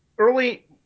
Early